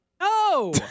No